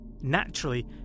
Naturally